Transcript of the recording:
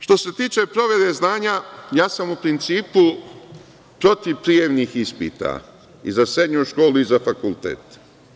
Što se tiče provere znanja, ja sam u principu protiv prijemnih ispita, i za srednju školu i za fakultet.